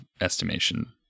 estimation